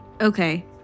Okay